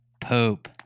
Poop